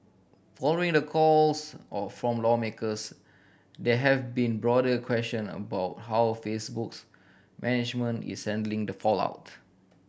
following the calls all from lawmakers there have been broader question about how Facebook's management is handling the fallout